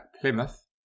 Plymouth